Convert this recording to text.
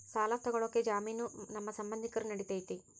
ಸಾಲ ತೊಗೋಳಕ್ಕೆ ಜಾಮೇನು ನಮ್ಮ ಸಂಬಂಧಿಕರು ನಡಿತೈತಿ?